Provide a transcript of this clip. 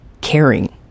caring